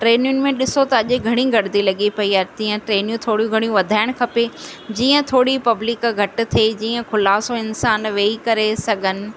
ट्रेनियुनि में ॾिसो त अॼु घणी गर्दी लॻी पई आहे तीअं ट्रेनियूं थोड़ियूं घणियूं वधाइणु खपे जीअं थोरी पब्लिक घटि थिए जीअं खुलासो इन्सानु वेही करे सघनि